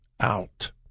out